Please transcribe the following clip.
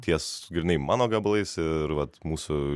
ties grynai mano gabalais ir vat mūsų